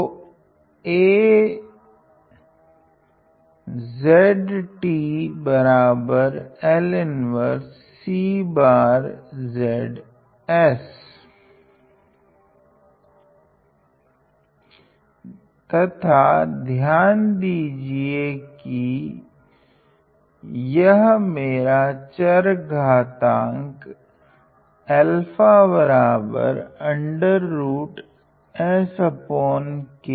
तो तथा ध्यान दीजिए कि यह मेरा चारघातांक है